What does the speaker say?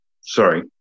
Sorry